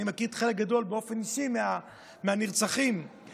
אני מכיר חלק גדול מהנרצחים באופן אישי.